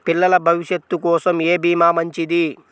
పిల్లల భవిష్యత్ కోసం ఏ భీమా మంచిది?